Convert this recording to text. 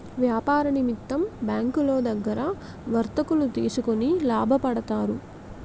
వ్యాపార నిమిత్తం బ్యాంకులో దగ్గర వర్తకులు తీసుకొని లాభపడతారు